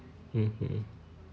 mmhmm